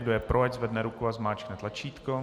Kdo je pro, ať zvedne ruku a zmáčkne tlačítko.